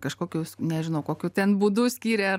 kažkokius nežinau kokiu ten būdu skyrė